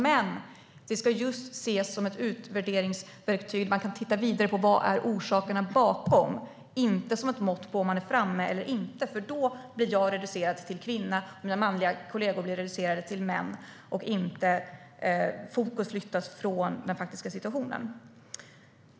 Men det ska ses just som ett utvärderingsverktyg. Man kan titta vidare på vilka orsaker det finns bakom. Det går inte att använda som ett mått på om man är framme eller inte, för då blir jag reducerad till kvinna och mina manliga kollegor reducerade till män. Fokus flyttas då från den faktiska situationen.